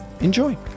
enjoy